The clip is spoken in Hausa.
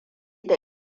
da